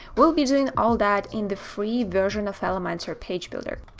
we'll be doing all that in the free version of elementor page builder.